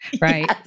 right